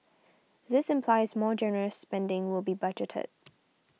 this implies more generous spending will be budgeted